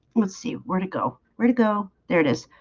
let's see where to go where to go. there it is.